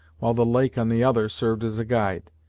while the lake, on the other, served as a guide.